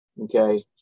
okay